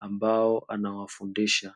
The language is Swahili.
ambao anawafundisha.